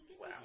Wow